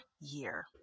year